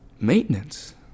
maintenance